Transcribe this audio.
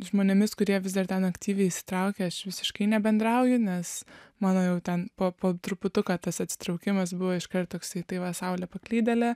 žmonėmis kurie vis dar ten aktyviai įsitraukę aš visiškai nebendrauju nes mano jau ten po truputuką tas atsitraukimas buvo iškart toksai tai va saulė paklydėlė